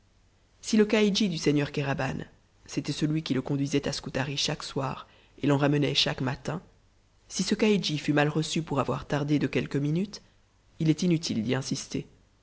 si le caïdji du seigneur kéraban c'était celui qui le conduisait à scutari chaque soir et l'en ramenait chaque matin si ce caïdji fut mal reçu pour avoir tardé de quelques minutes il est inutile d'y insister